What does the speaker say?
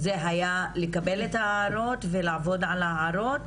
זה היה לקבל את ההערות ולעבוד על ההערות